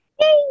Yay